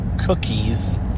cookies